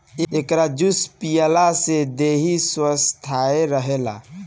एकर juice पियला से देहि स्वस्थ्य रहेला